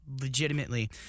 legitimately